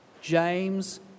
James